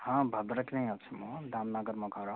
ହଁ ଭଦ୍ରକରେ ହିଁ ଅଛି ମୁଁ ଧାମନଗର ମୋ ଘର